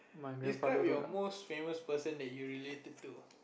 describe your most famous person that you related to